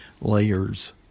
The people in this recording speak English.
layers